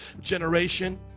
generation